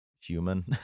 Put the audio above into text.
human